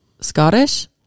Scottish